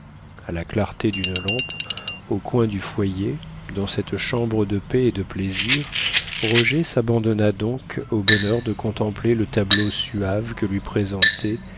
a la clarté d'une lampe au coin du foyer dans cette chambre de paix et de plaisir roger s'abandonna donc au bonheur de contempler le tableau suave que lui présentait